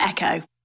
Echo